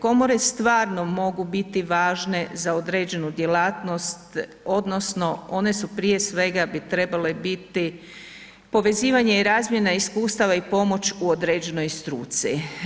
Komore stvarno mogu biti važne za određenu djelatnost odnosno one su prije svega bi trebale biti povezivanje i razmjena iskustava i pomoć u određenoj struci.